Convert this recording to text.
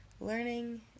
Learning